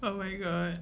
oh my god